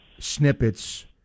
Snippets